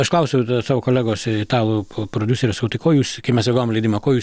aš klausiau savo kolegos ir italų prodiuserio sakau tai ko jūs kai mes jau gavom leidimą ko jūs